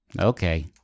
Okay